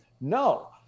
No